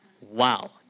Wow